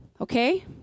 okay